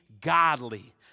godly